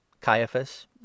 caiaphas